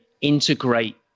integrate